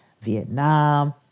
Vietnam